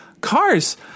cars